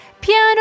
piano